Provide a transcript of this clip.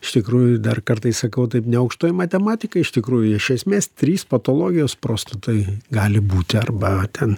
iš tikrųjų dar kartais sakau taip ne aukštoji matematika iš tikrųjų iš esmės trys patologijos prostatoj gali būti arba ten